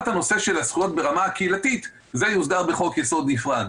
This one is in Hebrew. הנושא של הזכויות ברמה הקהילתית יהיה בחוק נפרד,